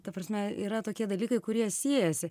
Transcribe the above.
ta prasme yra tokie dalykai kurie siejasi